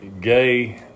gay